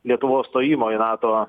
lietuvos stojimo į nato